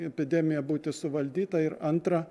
epidemija būti suvaldyta ir antra